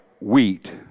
wheat